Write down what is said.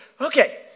Okay